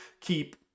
keep